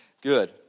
good